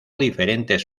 diferentes